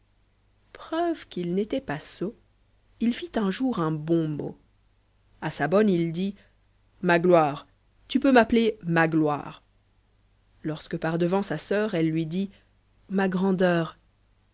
preuve qu'il n'était pas sot il fit un jour un bon mot a sa bonne il dit magloire vju peux m'appêler ma gloire lorsque par devant sa soeur elle lui dit ma grandeur